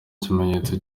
kimenyetso